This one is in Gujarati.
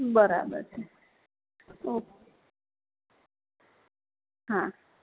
બરાબર છે ઓકે હા